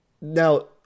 Now